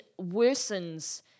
worsens